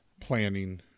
planning